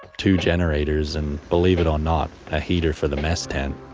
two generators and believe it or not, a heater for the mess tent,